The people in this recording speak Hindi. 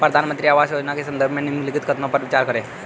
प्रधानमंत्री आवास योजना के संदर्भ में निम्नलिखित कथनों पर विचार करें?